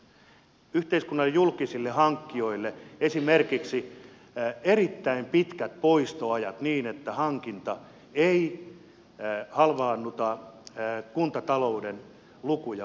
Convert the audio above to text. esimerkiksi yhteiskunnan julkisille hankinnoille erittäin pitkät poistoajat niin että hankinta ei halvaannuta kuntatalouden lukuja